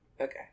okay